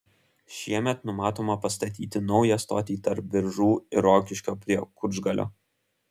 šiemet numatoma pastatyti naują stotį tarp biržų ir rokiškio prie kučgalio